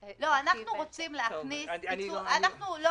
אדוני, גם על זה